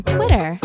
Twitter